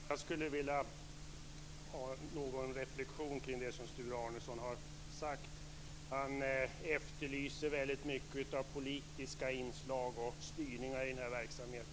Fru talman! Jag skulle vilja göra en reflexion över det som Sture Arnesson har sagt. Han efterlyser väldigt mycket av politiska inslag och styrningar i denna verksamhet.